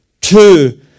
Two